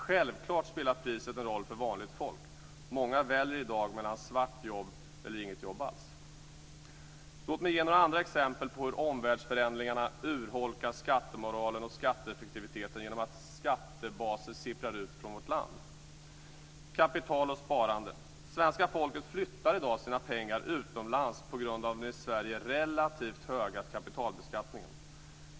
Självklart spelar priset en roll för vanligt folk. Många väljer i dag mellan svart jobb eller inget jobb alls. Låt mig ge några andra exempel på hur omvärldsförändringar urholkar skattemoralen och skatteeffektiviteten genom att skattebaser sipprar ut från vårt land. Det gäller skatten på kapital och sparande. Svenska folket flyttar i dag sina pengar utomlands på grund av den i Sverige relativt höga kapitalbeskattningen.